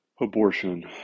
abortion